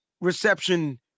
reception